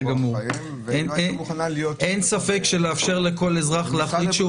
אין ספק שלאפשר לכל אזרח להחליט שהוא